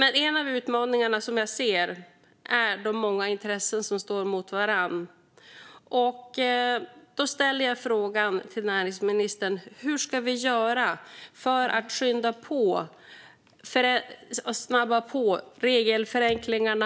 En av utmaningarna är de många intressen som står mot varandra. Hur ska vi göra, näringsministern, för att snabba på regelförenklingarna?